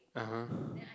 (uh huh)